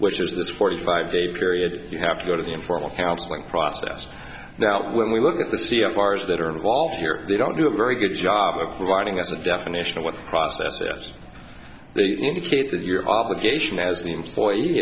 this forty five day period you have to go to the informal counseling process now when we look at the sea of ours that are involved here they don't do a very good job of providing us with a definition of what process they indicate that your obligation as the employee